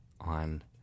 on